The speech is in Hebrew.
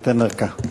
ניתן דקה.